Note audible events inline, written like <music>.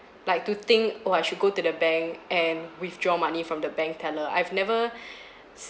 like to think oh I should go to the bank and withdraw money from the bank teller I've never <breath>